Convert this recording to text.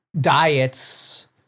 diets